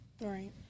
Right